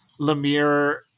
Lemire